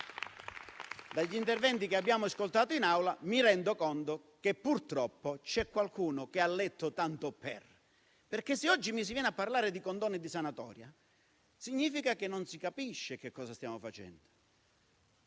Dagli interventi che abbiamo ascoltato in Aula, mi rendo conto che, purtroppo, c'è qualcuno che non ha letto tanto per, perché se oggi mi si viene a parlare di condoni e di sanatorie, significa che non si capisce che cosa stiamo facendo.